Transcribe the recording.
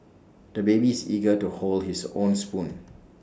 the baby is eager to hold his own spoon